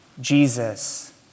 Jesus